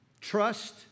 trust